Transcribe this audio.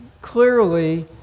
clearly